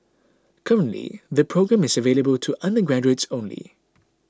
currently the programme is available to undergraduates only